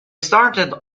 started